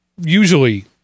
usually